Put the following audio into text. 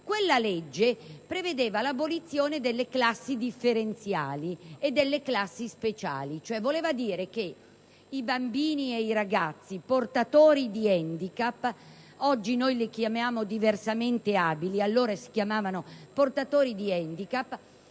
Quella legge prevedeva l'abolizione delle classi differenziali e speciali. I bambini e i ragazzi portatori di handicap - oggi li chiamiamo diversamente abili, allora si chiamavano portatori di handicap